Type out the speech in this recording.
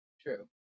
true